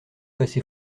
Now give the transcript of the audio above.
passé